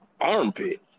Armpit